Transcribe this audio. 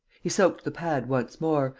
he soaked the pad once more,